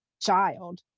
child